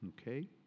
okay